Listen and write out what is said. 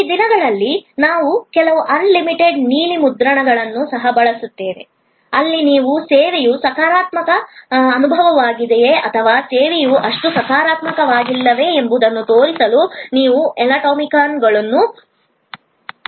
ಈ ದಿನಗಳಲ್ಲಿ ನಾವು ಕೆಲವು ಆನಿಮೇಟೆಡ್ ನೀಲಿ ಮುದ್ರಣಗಳನ್ನು ಸಹ ಬಳಸುತ್ತೇವೆ ಅಲ್ಲಿ ನೀವು ಸೇವೆಯು ಸಕಾರಾತ್ಮಕ ಅನುಭವವಾಗಿದೆಯೆ ಅಥವಾ ಸೇವೆಯು ಅಷ್ಟು ಸಕಾರಾತ್ಮಕವಾಗಿಲ್ಲವೇ ಎಂಬುದನ್ನು ತೋರಿಸಲು ನೀವು ಎಮೋಟಿಕಾನ್ಗಳನ್ನು ಕರೆಯಬಹುದು